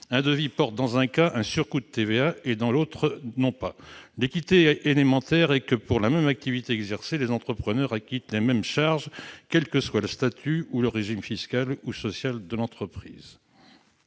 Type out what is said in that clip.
un devis présente, dans un cas, un surcoût de TVA et, dans l'autre, non. L'équité élémentaire exige que, pour la même activité exercée, les entrepreneurs acquittent les mêmes charges, quels que soient le statut ou le régime fiscal ou social de l'entreprise.